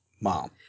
mom